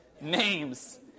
Names